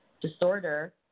disorder